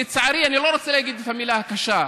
לצערי, אני לא רוצה להגיד את המילה הקשה,